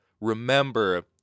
remember